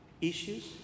issues